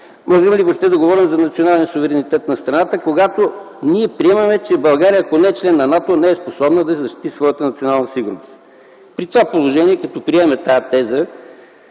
можем ли въобще да говорим за национален суверенитет на страната, когато ние приемаме, че ако България не е член на НАТО, не е способна да защити своята национална сигурност. При това положение, като приемаме тази теза,